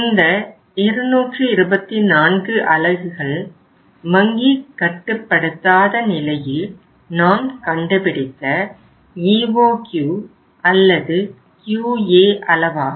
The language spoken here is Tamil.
இந்த 224 அலகுகள் வங்கி கட்டுப்படுத்தாத நிலையில் நாம் கண்டுபிடித்த EOQ அல்லது QA அளவாகும்